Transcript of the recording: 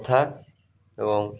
କଥା ଏବଂ